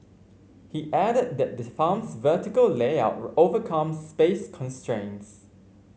he added that the farm's vertical layout overcomes space constraints